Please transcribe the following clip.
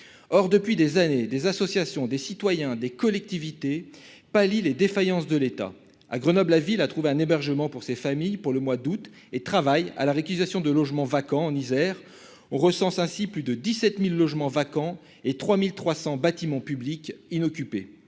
Or, depuis des années, des associations, des citoyens et des collectivités territoriales pallient les défaillances de l'État. À Grenoble, la ville a trouvé un hébergement pour ces familles pour le mois d'août et travaille à la réquisition de logements vacants. En Isère, on recense ainsi plus de 17 000 logements vacants et 3 300 bâtiments publics inoccupés.